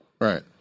Right